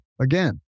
again